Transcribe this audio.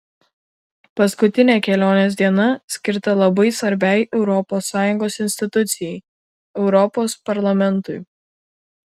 paskutinė kelionės diena skirta labai svarbiai europos sąjungos institucijai europos parlamentui